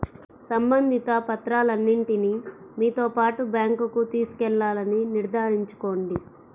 సంబంధిత పత్రాలన్నింటిని మీతో పాటు బ్యాంకుకు తీసుకెళ్లాలని నిర్ధారించుకోండి